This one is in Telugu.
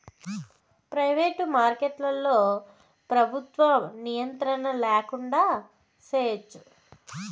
ప్రయివేటు మార్కెట్లో ప్రభుత్వ నియంత్రణ ల్యాకుండా చేయచ్చు